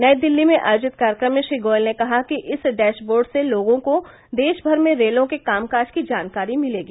नई दिल्ली में आयोजित कार्यक्रम में श्री गोयल ने कहा कि इस डेशबोर्ड से लोगों को देश भर में रेलों के कामकाज की जानकारी मिलेगी